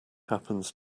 happens